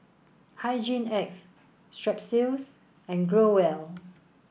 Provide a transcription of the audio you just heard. Hygin X Strepsils and Growell